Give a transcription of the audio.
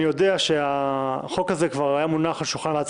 אני יודע שהחוק הזה כבר היה מונח על שולחן ועדת